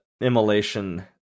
immolation